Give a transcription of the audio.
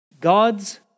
God's